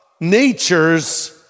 nature's